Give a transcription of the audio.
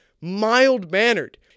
mild-mannered